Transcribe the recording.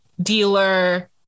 dealer